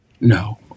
No